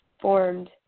formed